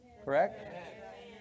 Correct